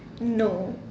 no